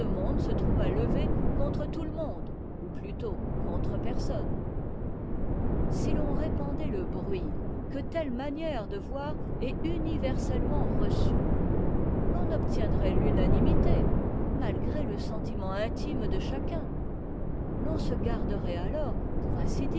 monde se trouva levé contre tout le monde ou plutôt contre personne si l'on répandait le bruit que telle manière de voir est universellement reçue l'on obtiendrait l'unanimité malgré le sentiment intime de chacun l'on se garderait alors pour ainsi dire